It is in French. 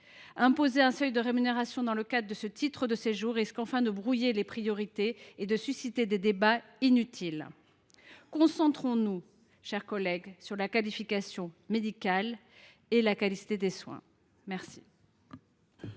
imposer un seuil de rémunération pour l’obtention de ce titre de séjour risque de brouiller les priorités et de susciter des débats inutiles. Concentrons nous, chers collègues, sur la qualification médicale et la qualité des soins. Quel